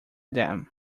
then